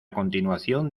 continuación